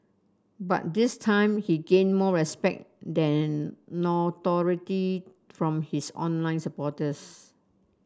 but this time he gained more respect than notoriety from his online supporters